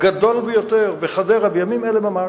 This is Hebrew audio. גדול ביותר בחדרה בימים אלה ממש,